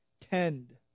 tend